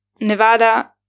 nevada